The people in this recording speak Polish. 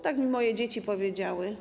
Tak mi moje dzieci powiedziały.